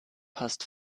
passt